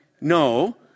No